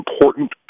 important